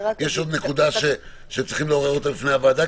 יש עוד נקודה שצריכים לעורר אותה בפני הוועדה?